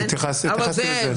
כן, התייחסתי לזה.